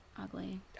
ugly